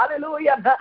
hallelujah